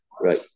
right